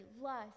lust